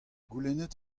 goulennet